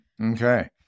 okay